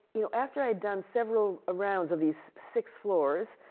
you know, after i had done several rounds of these six floors,